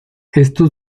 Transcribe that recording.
estos